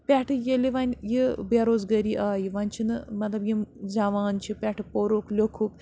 پٮ۪ٹھٕ ییٚلہِ وَنۍ یہِ بے روزگٲری آیہِ وَنۍ چھِنہٕ مطلب یِم زٮ۪وان چھِ پٮ۪ٹھٕ پوٚرُکھ لیٚوکھُکھ